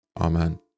Amen